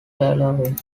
tailoring